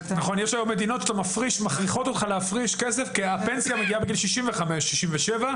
יש מדינות שמכריחות אותך להפריש כסף כי הפנסיה מגיעה בגיל 65 או 67,